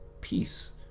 peace